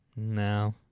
No